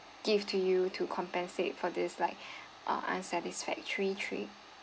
give to you to compensate for this like uh unsatisfactory trip